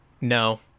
No